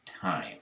time